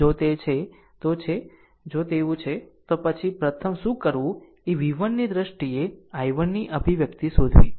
આમ જો તે છે તો જો તેવું છે તો પછી પ્રથમ શું કરવું એ v1 ની દ્રષ્ટિએ i1 ની અભિવ્યક્તિ શોધવી